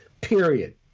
period